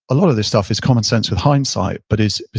a lot of this stuff is common sense with hindsight, but it's,